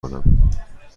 کنم